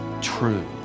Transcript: true